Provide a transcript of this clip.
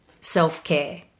self-care